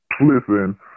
listen